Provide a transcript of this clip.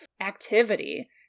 activity